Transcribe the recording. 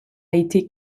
été